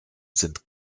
sind